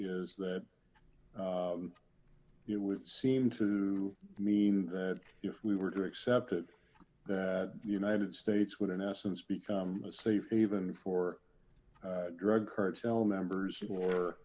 is that you would seem to mean that if we were to accept it that the united states would in essence become a safe haven for drug cartel members or